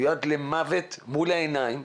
מועד למוות מול העיניים.